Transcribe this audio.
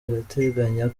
irateganya